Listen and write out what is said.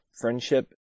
friendship